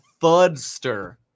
fudster